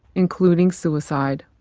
including suicide.